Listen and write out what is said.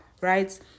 right